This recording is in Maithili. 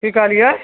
कि कहलिए